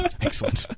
Excellent